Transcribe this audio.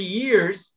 years